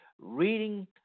reading